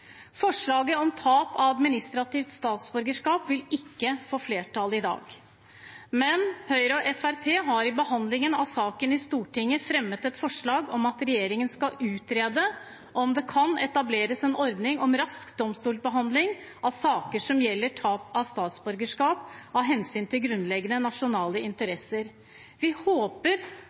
Forslaget om administrativt tap av statsborgerskap vil ikke få flertall i dag, men Høyre og Fremskrittspartiet har i behandlingen av saken i Stortinget fremmet et forslag om at regjeringen skal utrede om det kan etableres en ordning med rask domstolsbehandling av saker som gjelder tap av statsborgerskap av hensyn til grunnleggende nasjonale interesser. Vi håper